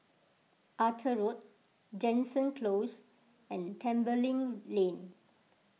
Arthur Road Jansen Close and Tembeling Lane